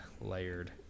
layered